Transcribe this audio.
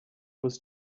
was